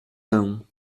laon